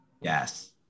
Yes